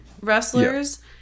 wrestlers